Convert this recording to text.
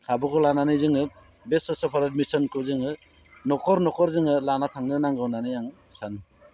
खाबुखौ लानानै जोङो बे स्वच्च भारत मिसनखौ जोङो न'खर न'खर जोङो लाना थांनो नांगौ होननानै आं सानो